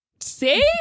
See